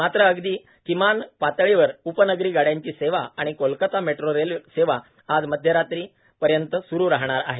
मात्र अगदी किमान पातळीवर उपनगरी गाड्यांची सेवा आणि कोलकाता मेट्रो रेल सेवा आज मध्यरात्री पर्यंत सुरू राहणार आहेत